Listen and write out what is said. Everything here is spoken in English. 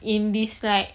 in this like